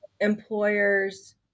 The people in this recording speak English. employers